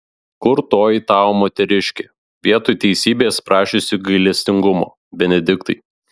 kur toji tavo moteriškė vietoj teisybės prašiusi gailestingumo benediktai